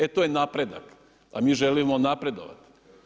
E to je napredak, a mi želimo napredovati.